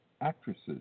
actresses